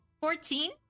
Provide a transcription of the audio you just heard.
Fourteen